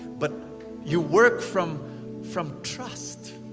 but you work from from trust.